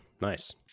Nice